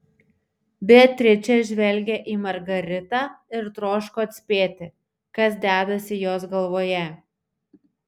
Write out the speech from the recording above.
beatričė žvelgė į margaritą ir troško atspėti kas dedasi jos galvoje